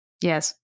Yes